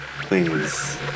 Please